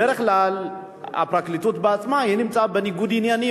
בדרך כלל הפרקליטות עצמה נמצאת בניגוד עניינים,